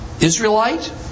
Israelite